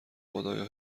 خدایا